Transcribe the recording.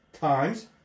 times